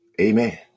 Amen